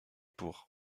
pour